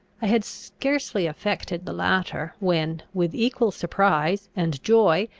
i had scarcely effected the latter, when, with equal surprise and joy,